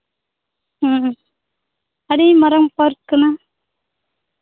ᱦᱮᱸ ᱦᱮᱸ ᱟᱹᱰᱤ ᱢᱟᱨᱟᱝ ᱯᱟᱨᱠ ᱠᱟᱱᱟ